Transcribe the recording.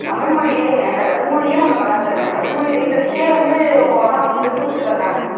தமிழ் மொழியவேங்க தமிழ் மொழி நம்ம கலாச்சாரம்ங்க தமிழ் மொழியை பேசுகிறதுக்கே வந்து அவங்களாலாம் அப்படியே கூச்சப்படுகிறாங்க